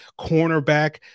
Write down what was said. cornerback